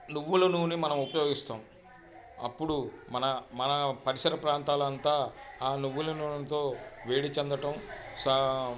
నువ్వుల నూనె మనం ఉపయోగిస్తాం అప్పుడు మన మన పరిసర ప్రాంతాలంతా ఆ నువ్వుల నూనెతో వేడి చెందటం స